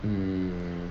mm